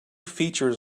features